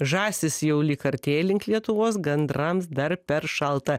žąsys jau lyg artėja link lietuvos gandrams dar per šalta